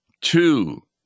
two